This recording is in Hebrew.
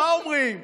מה אומרים?